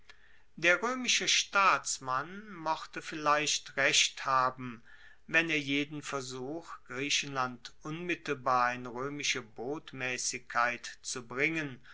der roemische staatsmann mochte vielleicht recht haben wenn er jeden versuch griechenland unmittelbar in roemische botmaessigkeit zu bringen